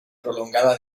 prolongada